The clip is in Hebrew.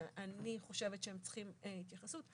שאני חושבת שצריכות התייחסות,